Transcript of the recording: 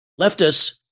Leftists